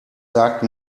sagt